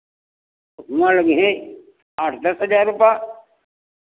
हुआँ लगिहैं आठ दस हज़ार रुपा